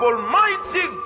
Almighty